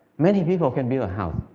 many people can build a house.